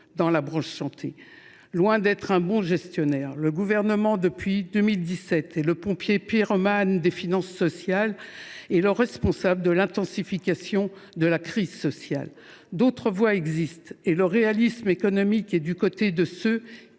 dans la branche santé. Loin d’être un bon gestionnaire, le Gouvernement, depuis 2017, est le pompier pyromane des finances sociales et le responsable de l’intensification de la crise sociale. D’autres voies existent, et le réalisme économique est du côté de ceux